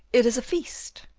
it is a feast.